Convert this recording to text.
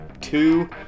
two